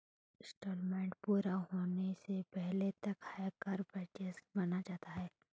instalment पूरा होने से पहले तक हायर परचेस माना जाता है